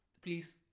Please